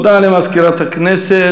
תודה למזכירת הכנסת.